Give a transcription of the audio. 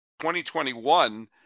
2021